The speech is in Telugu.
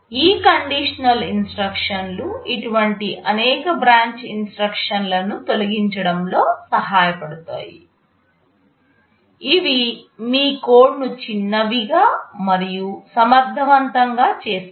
ఈ కండిషనల్ ఇన్స్ట్రక్షన్లు ఇటువంటి అనేక బ్రాంచ్ ఇన్స్ట్రక్షన్లను తొలగించడంలో సహాయపడతాయి ఇవి మీ కోడ్ను చిన్నవిగా మరియు సమర్థవంతంగా చేస్తాయి